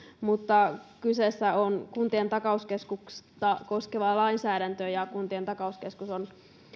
kyseessä on kuntien takauskeskusta koskeva lainsäädäntö ja kuntien takauskeskus on